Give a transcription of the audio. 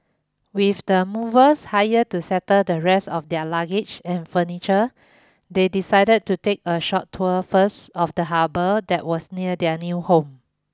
with the movers hired to settle the rest of their luggage and furniture they decided to take a short tour first of the harbour that was near their new home